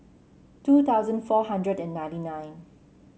two thousand four hundred and ninety nine